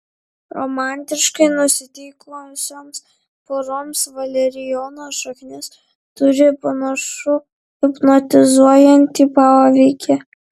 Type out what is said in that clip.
romantiškai nusiteikusioms poroms valerijono šaknis turi panašų hipnotizuojantį poveikį